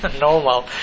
normal